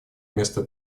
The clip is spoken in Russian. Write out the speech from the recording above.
вместо